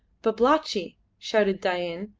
babalatchi! shouted dain,